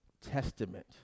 Testament